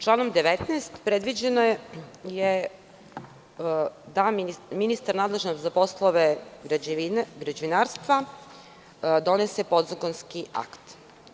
Članom 19. predviđeno je da ministar nadležan za poslove građevinarstva donese podzakonski akt.